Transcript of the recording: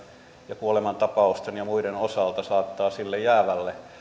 ja kuolemantapausten ja muiden osalta saattaa sille jäävälle